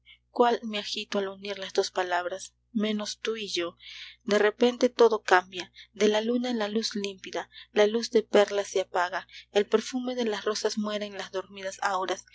cuál me agito al unir las dos palabras menos tú y yo de repente todo cambia de la luna la luz límpida la luz de perla se apaga el perfume de las rosas muere en las dormidas